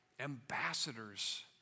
ambassadors